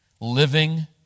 living